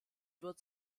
wird